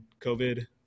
COVID